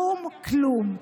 כלום, כלום.